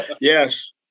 Yes